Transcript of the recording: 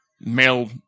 male